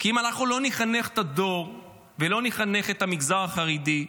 כי אם אנחנו לא נחנך את הדור ולא נחנך את המגזר החרדי,